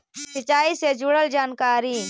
सिंचाई से जुड़ल जानकारी?